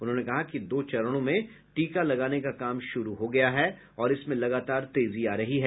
उन्होंने कहा कि दो चरणों में टीका लगाने का काम शुरू हो गया है और इसमें लगातार तेजी आ रही है